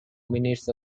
minutes